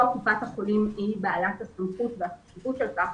קופת החולים היא בעלת הסמכות והחשיבות של זה.